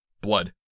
blood